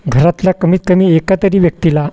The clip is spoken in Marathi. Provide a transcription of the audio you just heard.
घरातल्या कमीत कमी एका तरी व्यक्तीला